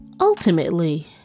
ultimately